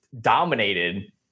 dominated